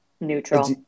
Neutral